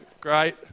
Great